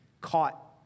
caught